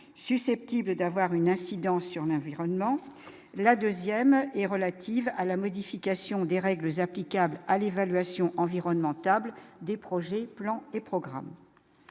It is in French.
susceptibles d'avoir une incidence sur nos vies, rendement, la 2ème est relative à la modification des règles applicables à l'évaluation environnementale des projets plans et programmes